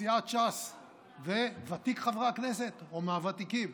סיעת ש"ס וותיק חברי הכנסת, או מהוותיקים,